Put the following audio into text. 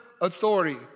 authority